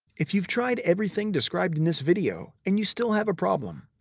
if you've tried everything described in this video and you still have a problem,